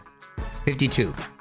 52